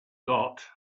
got